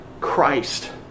Christ